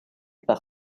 par